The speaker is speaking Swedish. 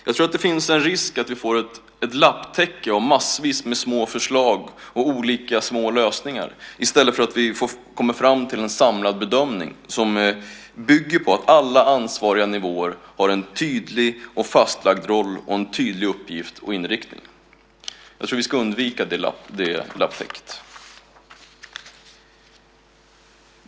Jag tror att det finns en risk att vi får ett lapptäcke, massvis av små förslag och olika små lösningar, i stället för att komma fram till en samlad bedömning som bygger på att alla ansvariga nivåer har en tydlig och fastlagd roll och en tydlig uppgift och inriktning. Jag tror att vi ska undvika det lapptäcket.